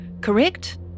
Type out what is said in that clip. Correct